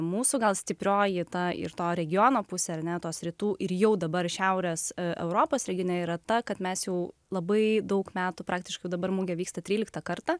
mūsų gal stiprioji tą ir to regiono pusę ar ne tos rytų ir jau dabar šiaurės europos regione yra ta kad mes jau labai daug metų praktiškai dabar mugė vyksta tryliktą kartą